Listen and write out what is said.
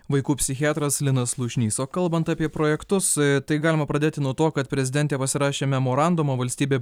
vaikų psichiatras linas slušnys o kalbant apie projektus tai galima pradėti nuo to kad prezidentė pasirašė memorandumą valstybė